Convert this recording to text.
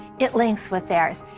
it links with theirs.